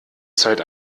zeit